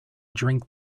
drink